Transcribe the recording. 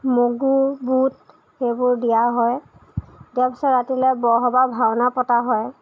মগু বুট সেইবোৰ দিয়া হয় তাৰপিছত ৰাতিলে বৰসবাহৰ ভাওনা পতা হয়